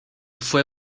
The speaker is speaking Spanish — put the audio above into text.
fue